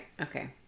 okay